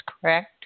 correct